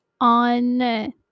on